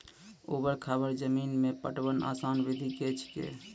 ऊवर खाबड़ जमीन मे पटवनक आसान विधि की ऐछि?